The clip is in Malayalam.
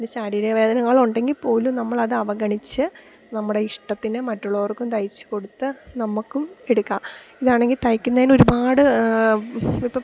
ശാരീരിക വേദനകൾ ഉണ്ടെങ്കിൽപ്പോലും നമ്മളത് അവഗണിച്ച് നമ്മുടെ ഇഷ്ടത്തിന് മറ്റുള്ളവർക്കും തയ്ച്ചുകൊടുത്ത് നമ്മൾക്കും എടുക്കാം ഇതാണെങ്കിൽ തയ്ക്കുന്നതിന് ഒരുപാട് ഇപ്പം